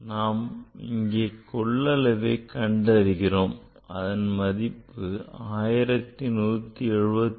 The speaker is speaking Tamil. நாம் இங்கே கொள்ளளவை கண்டறிகிறோம் அதன் மதிப்பு 1174